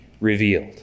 revealed